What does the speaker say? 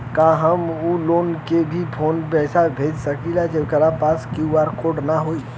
का हम ऊ लोग के भी फोन से पैसा भेज सकीला जेकरे पास क्यू.आर कोड न होई?